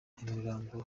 imirambo